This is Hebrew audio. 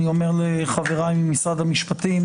אני אומר לחבריי ממשרד המשפטים,